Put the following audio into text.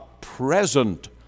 present